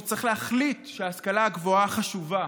שצריך להחליט שההשכלה הגבוהה חשובה,